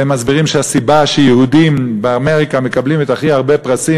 והם מסבירים שהסיבה לכך שיהודים מאמריקה מקבלים הכי הרבה פרסים